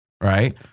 right